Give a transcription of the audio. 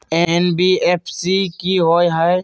NBFC कि होअ हई?